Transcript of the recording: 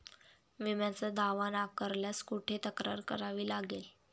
विम्याचा दावा नाकारल्यास कुठे तक्रार करावी लागेल?